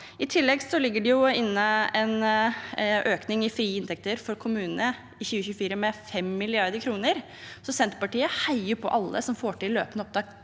I tillegg ligger det inne en økning i frie inntekter for kommunene i 2024 på 5 mrd. kr. Senterpartiet heier på alle som får til løpende opptak